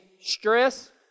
stress